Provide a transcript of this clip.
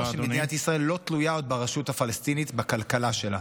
שמדינת ישראל לא תלויה עוד ברשות הפלסטינית בכלכלה שלה.